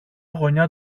γωνιά